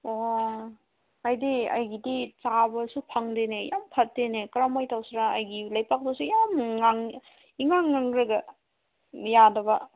ꯑꯣ ꯍꯥꯏꯗꯤ ꯑꯩꯒꯤꯗꯤ ꯆꯥꯕꯁꯨ ꯐꯪꯗꯦꯅꯦ ꯌꯥꯝ ꯐꯠꯇꯦꯅꯦ ꯀꯔꯝꯃꯥꯏ ꯇꯧꯁꯤꯔꯥ ꯑꯩꯒꯤ ꯂꯩꯕꯥꯛꯇꯨꯁꯨ ꯌꯥꯝꯅ ꯉꯥꯡꯉꯦ ꯏꯉꯥꯡ ꯉꯥꯡꯂꯒ ꯌꯥꯗꯕ